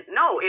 no